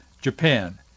Japan